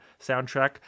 soundtrack